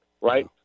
right